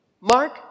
Mark